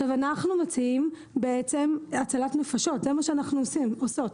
אנחנו מציעים הצלת נפשות, זה מה שאנחנו עושות.